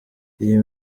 iyo